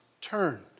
turn